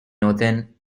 northern